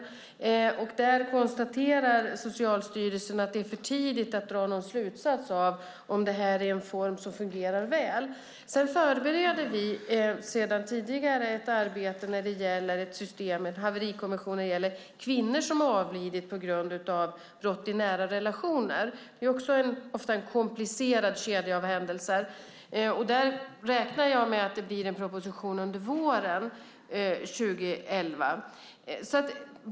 Socialstyrelsen konstaterar att det är för tidigt att dra någon slutsats om det här är en form som fungerar väl. Vi förbereder sedan tidigare ett arbete med haverikommissioner när det gäller kvinnor som har avlidit på grund av brott i nära relationer. Det är också ofta fråga om en komplicerad kedja av händelser. Där räknar jag med att lägga fram en proposition under våren 2011.